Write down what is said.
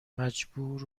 مجبور